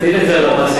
תטיל את זה על המעסיקים,